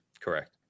Correct